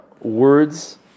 words